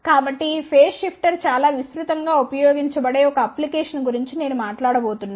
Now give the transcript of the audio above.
కాబట్టి ఈ phase shifter చాలా విస్తృతం గా ఉపయోగించబడే ఒక అప్లికేషన్ గురించి నేను మాట్లాడబోతున్నాను